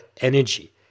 energy